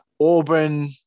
Auburn